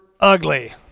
ugly